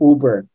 Uber